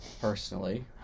personally